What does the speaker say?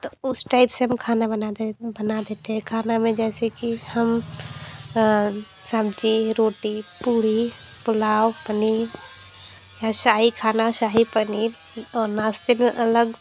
तो उस टाइप से हम खाना बना दें बना देते हैं खाना में जैसे कि हम सब्ज़ी रोटी पूड़ी पुलाव पनीर या शाही खाना शाही पनीर और नाश्ते में अलग